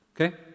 Okay